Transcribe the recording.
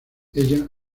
ella